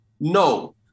No